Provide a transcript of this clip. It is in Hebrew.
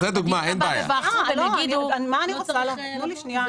תנו לי שנייה,